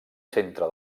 centre